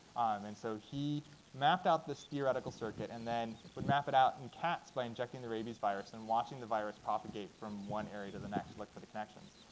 and so he mapped out this theoretical circuit and then would map it out in cats by injecting the rabies virus and watching the virus propagate from one area to the next, look for the connections.